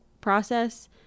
process